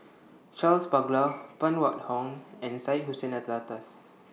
Charles Paglar Phan Wait Hong and Syed Hussein Alatas